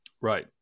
Right